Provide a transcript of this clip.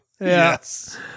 Yes